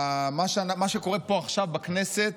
מה שקורה פה עכשיו בכנסת